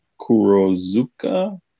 Kurozuka